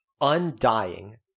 undying